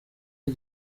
iki